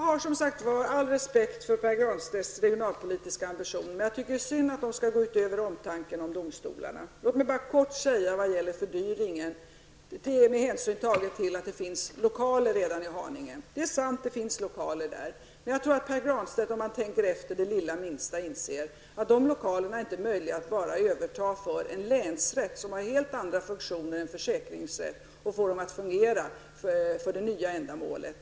Herr talman! Jag har all respekt för Pär Granstedts regionalpolitiska ambition, men jag tycker att det är synd att den skall gå ut över omtanken om domstolarna. När det gäller fördyringen säger Granstedt att det redan finns lokaler i Haninge. Det är sant att det finns lokaler där. Jag tror dock att Pär Granstedt, om han tänker efter något, inser att det inte är möjligt för en länsrätt, som har helt andra funktioner än en försäkringsrätt, att bara ta över lokalerna och få dem att fungera för det nya ändamålet.